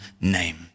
name